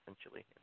essentially